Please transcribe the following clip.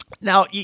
Now